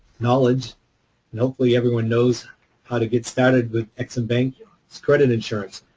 knowledge. and hopefully everyone knows how to get started with ex-im bank's credit insurance.